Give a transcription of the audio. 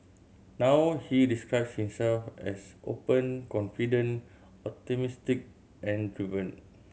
now he describes himself as open confident optimistic and driven